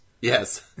Yes